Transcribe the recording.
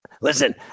listen